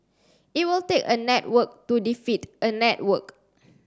it will take a network to defeat a network